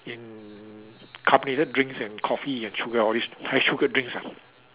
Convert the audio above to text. in carbonated drinks and coffee and sugar all these high sugared drinks ah